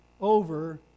over